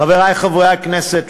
חברי חברי הכנסת,